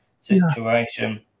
situation